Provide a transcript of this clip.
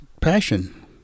passion